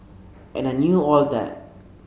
and I knew all that